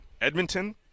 Edmonton